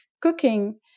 cooking